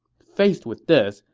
faced with this,